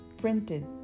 printed